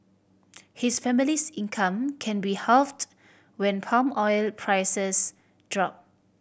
his family's income can be halved when palm oil prices drop